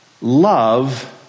love